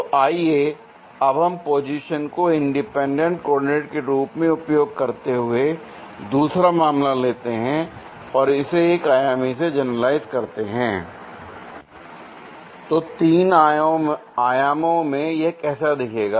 तो आइए अब हम पोजीशन को इंडिपेंडेंट कोऑर्डिनेट के रूप में उपयोग करते हुए दूसरा मामला लेते हैं और इसे एक आयामी से जनरलाइज करते हैं l तो तीन आयामों में यह कैसा दिखेगा